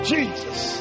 Jesus